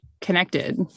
connected